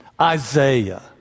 Isaiah